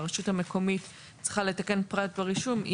הרשות המקומית צריכה לתקן פרט ברישום,